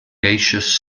gaseous